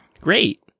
Great